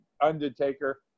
Undertaker